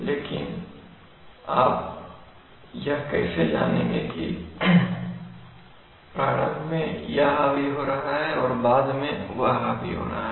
लेकिन आप यह कैसे जानेंगे की प्रारंभ में यह हावी हो रहा है और बाद में वह हावी हो रहा है